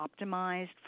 optimized